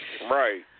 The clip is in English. Right